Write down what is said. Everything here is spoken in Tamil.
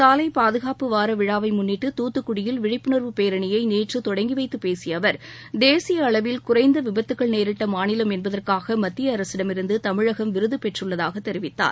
சாலை பாதுகாப்பு வாரவிழாவை முள்ளிட்டு தூத்துக்குடியில் விழிப்புணர்வு பேரணியை நேற்று தொடங்கி வைத்துப்பேசிய அவர் தேசிய அளவில் குறைந்த விபத்துக்கள் நேரிட்ட மாநிலம் என்பதற்காக மத்திய அரசிடமிருந்து தமிழகம் விருது பெற்றுள்ளதாக தெரிவித்தார்